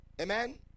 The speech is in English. Amen